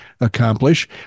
accomplish